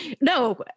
No